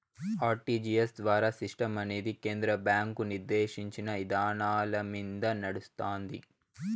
RTGS ద్వారా సిస్టమనేది కేంద్ర బ్యాంకు నిర్దేశించిన ఇదానాలమింద నడస్తాంది